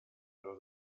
los